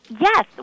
Yes